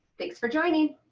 thanks for joining.